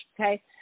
Okay